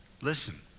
Listen